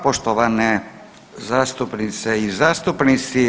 poštovane zastupnice i zastupnici.